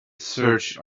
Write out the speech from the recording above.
search